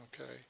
Okay